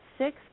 Six